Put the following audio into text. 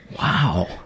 wow